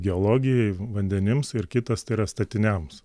geologijai vandenims ir kitas tai yra statiniams